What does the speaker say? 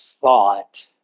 thought